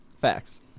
facts